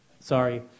Sorry